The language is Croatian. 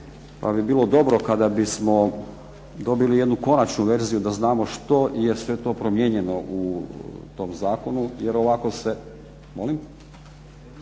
pa bi bilo dobro kada bismo dobili jednu konačnu verziju da znamo što je sve to promijenjeno u tom zakonu,